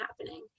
happening